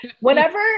whenever